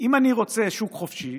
אם אני רוצה שוק חופשי,